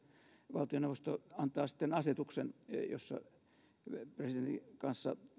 valtioneuvosto antaa asetuksen jossa presidentin kanssa